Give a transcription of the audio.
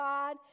God